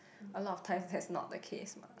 a lot of times that's not the case mah